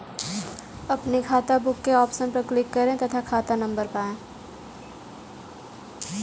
अपनी खाताबुक के ऑप्शन पर क्लिक करें तथा खाता नंबर पाएं